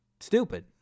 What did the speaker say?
stupid